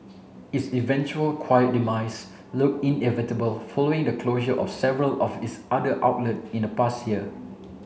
its eventual quiet demise looked inevitable following the closure of several of its other outlet in the past year